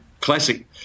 classic